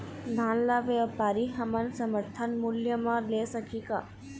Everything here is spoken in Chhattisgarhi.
धान ला व्यापारी हमन समर्थन मूल्य म ले सकही का?